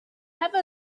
have